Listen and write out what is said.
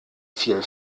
viel